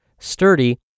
sturdy